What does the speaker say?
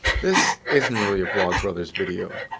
this isn't really a vlogbrothers video.